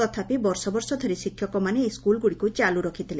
ତଥାପି ବର୍ଷବର୍ଷ ଧରି ଶିକ୍ଷକମାନେ ଏହି ସ୍କୁଲ୍ଗୁଡ଼ିକୁ ଚାଲୁ ରଖିଥିଲେ